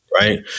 Right